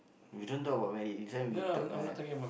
we don't talk about marriage this one we talk uh